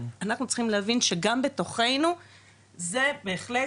אנחנו צריכים להבין שגם בתוכנו זה בהחלט,